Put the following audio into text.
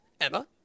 Emma